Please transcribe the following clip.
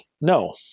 no